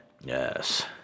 yes